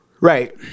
Right